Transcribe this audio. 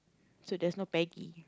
so that's no baggy